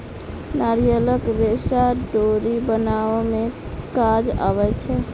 नारियलक रेशा डोरी बनाबअ में काज अबै छै